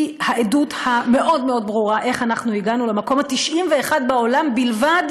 היא העדות המאוד-מאוד ברורה איך אנחנו הגענו למקום ה-91 בעולם בלבד